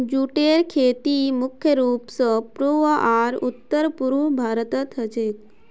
जूटेर खेती मुख्य रूप स पूर्वी आर उत्तर पूर्वी भारतत ह छेक